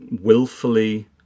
willfully